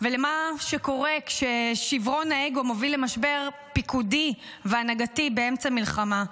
ומה קורה כששברון האגו מוביל למשבר פיקודי והנהגתי באמצע מלחמה.